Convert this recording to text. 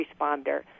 responder